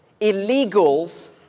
illegals